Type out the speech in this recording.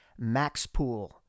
MaxPool